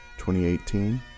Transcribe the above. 2018